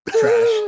Trash